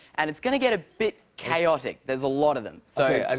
and it's going to get a bit chaotic. there's a lot of them. so